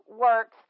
works